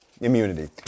Immunity